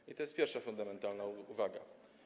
I to jest pierwsza fundamentalna uwaga.